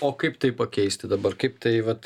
o kaip tai pakeisti dabar kaip tai vat